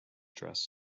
dress